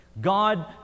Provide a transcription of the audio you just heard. God